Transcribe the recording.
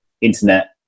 internet